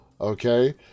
okay